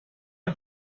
hat